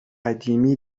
قدیمی